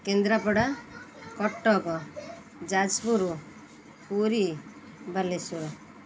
Kendrapara Cuttack Jajpur Puri Balasore